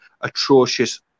atrocious